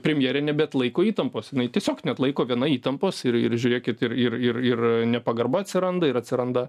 premjerė nebeatlaiko įtampos jinai tiesiog neatlaiko viena įtampos ir ir žiūrėkit ir ir ir ir nepagarba atsiranda ir atsiranda